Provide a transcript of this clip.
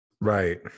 right